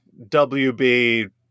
WB